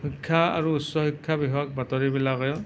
শিক্ষা আৰু উচ্চ শিক্ষা বিষয়ক বাতৰি বিলাকে